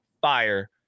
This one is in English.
fire